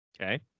Okay